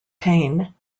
pain